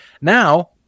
Now